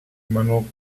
mano